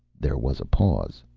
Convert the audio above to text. there was a pause.